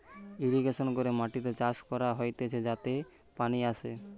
irrigation করে মাটিতে চাষ করা হতিছে যাতে পানি আসে